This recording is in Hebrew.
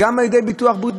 אנשים לא מקבלים,